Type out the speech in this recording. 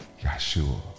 Yahshua